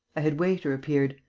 a head-waiter appeared.